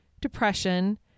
depression